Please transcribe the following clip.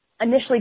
initially